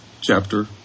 chapter